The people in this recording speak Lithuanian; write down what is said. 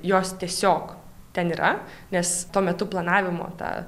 jos tiesiog ten yra nes tuo metu planavimo ta